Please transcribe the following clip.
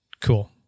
Cool